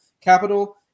capital